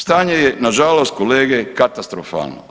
Stanje je nažalost kolege katastrofalno.